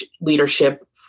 leadership